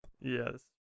Yes